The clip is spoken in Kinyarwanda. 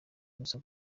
gusa